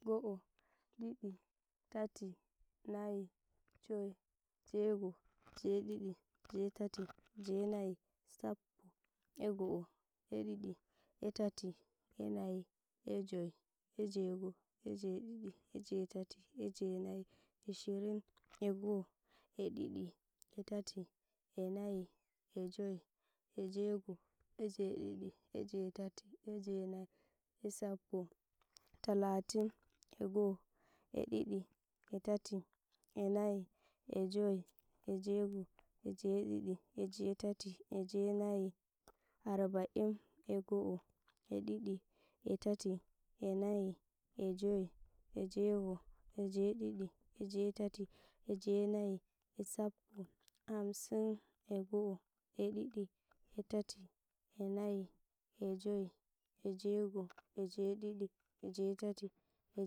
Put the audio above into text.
Go'o, Ɗiɗi, tati, nayi, joyi, jey go, jey ɗiɗi, jey tati, jey nayi, sappo, e go'o, e ɗiɗi, e tati, e nayi, e joi, e jey'go, e jey'ɗiɗi, e jey'tati, e jey'nayi, Ashirin e go'o, e ɗiɗi, e tati, e nayi, e joi, e jey'go, e jey'ɗiɗi, e jey'tati, e jey'nayi, e sappo, Talatin, e go'o, e ɗiɗi, e tati, e nayi, e joi, e jey'go, e jey'ɗiɗi, e jey'tati, e jey'nayi, Arba'in, e go'o, e ɗiɗi, e tati, e nayi, e joi, e jey'go, e jey'ɗiɗi, e jey'tati, e jey'nayi, e sappo, Hamsin, e go'o, e ɗiɗi, e tati, e nayi, e joi, e jey'go, e jey'ɗiɗi, e jey'tati,